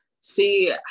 see